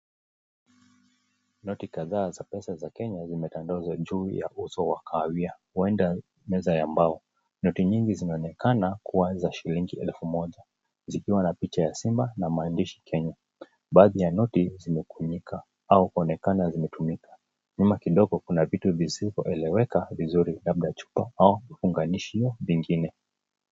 Noti kadhaa za pesa za kenya zimetandazwa juu ya uso wa kahawia, huenda meza ya mbao. Noti nyingi zinaonekana kuwa za shilingi elfu moja, zikiwa na picha ya simba na maandishi Kenya. Baadhi ya noti zimekunjika au kuonekana zimetumika, nyuma kidogo kuna vitu visivyoeleweka vizuri labda chupa au viunganishio vingine.